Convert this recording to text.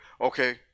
okay